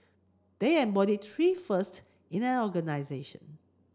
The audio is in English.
they embody three first in an organisation